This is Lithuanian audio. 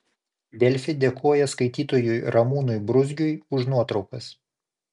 delfi dėkoja skaitytojui ramūnui bruzgiui už nuotraukas